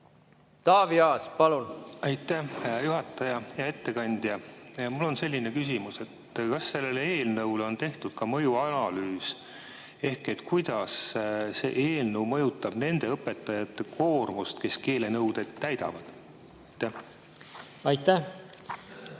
Taavi Aas, palun! Aitäh, juhataja! Hea ettekandja! Mul on selline küsimus: kas sellele eelnõule on tehtud ka mõjuanalüüs? Kuidas see eelnõu mõjutab nende õpetajate koormust, kes keelenõudeid täidavad? Aitäh,